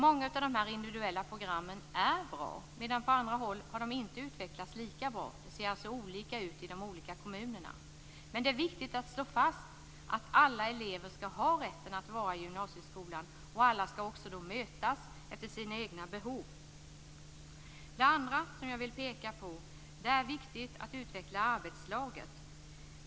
Många av de individuella programmen är bra, medan de på andra håll inte har utvecklats lika bra. Det ser alltså olika ut i de olika kommunerna. Det är dock viktigt att slå fast att alla elever skall ha rätt att vara i gymnasieskolan och att alla skall mötas efter sina egna behov. Det andra jag vill peka på är vikten av att utveckla arbetslaget.